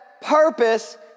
purpose